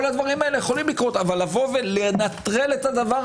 כל הדברים האלה יכולים לקרות, אבל לנטרל את זה.